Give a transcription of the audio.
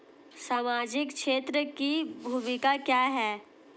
सामाजिक क्षेत्र की भूमिका क्या है?